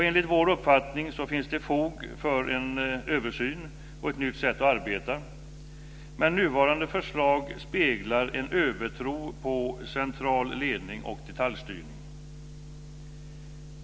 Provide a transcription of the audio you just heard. Enligt vår uppfattning finns det fog för en översyn och nytt sätt att arbeta, men nuvarande förslag speglar en övertro på central ledning och detaljstyrning.